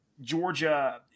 Georgia